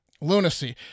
lunacy